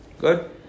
Good